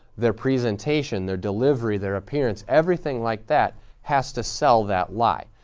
their presentation, their delivery, their appearance, everything like that has to sell that lie.